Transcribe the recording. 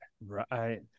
Right